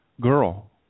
girl